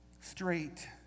straight